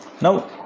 Now